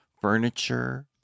furniture